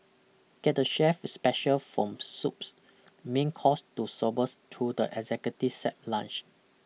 get the chef's special from soups main course to sorbets through the executive set lunch